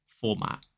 format